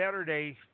Saturday